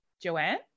Joanne